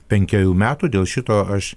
penkerių metų dėl šito aš